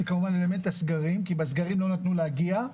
אלה הסגרים כי אז לא נתנו בכלל להגיע.